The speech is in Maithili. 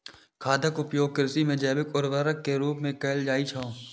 खादक उपयोग कृषि मे जैविक उर्वरक के रूप मे कैल जाइ छै